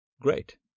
Great